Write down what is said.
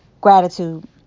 Gratitude